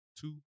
two